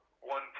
one